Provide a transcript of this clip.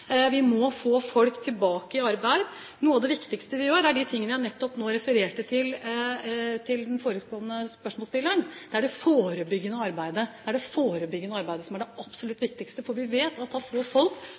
Vi må få folk tilbake i arbeid. Noe av det absolutt viktigste vi gjør, som jeg nettopp refererte til den foregående spørsmålsstilleren, er det forebyggende arbeidet, for vi vet at å få folk som har vært lenge på uførepensjon, tilbake i arbeid, er